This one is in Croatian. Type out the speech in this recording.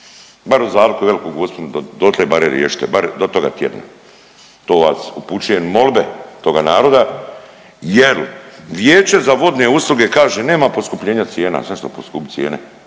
bar uz Alku i Veliku Gospu dotle barem riješite bar do toga tjedna to vas upućujem molbe toga naroda jer Vijeće za vodne usluge kaže nema poskupljenja cijena, zašto poskupit cijene.